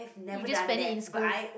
you just spend it in school